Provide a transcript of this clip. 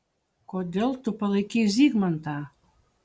kodėl tu palaikei zygmantą